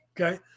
Okay